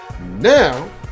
Now